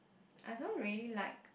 I don't really like